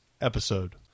episode